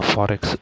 Forex